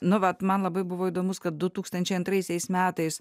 nu vat man labai buvo įdomus kad du tūkstančiai antraisiais metais